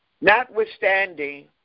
Notwithstanding